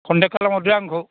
contact खालामहरदो आंखौ